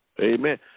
Amen